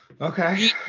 Okay